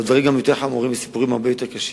או דברים יותר חמורים וסיפורים הרבה יותר קשים.